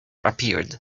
appeared